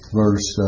verse